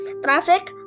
traffic